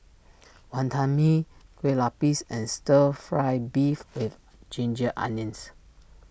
Wonton Mee Kueh Lapis and Stir Fry Beef with Ginger Onions